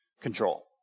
control